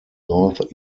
north